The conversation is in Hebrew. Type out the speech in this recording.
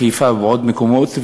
בחיפה ובעוד מקומות,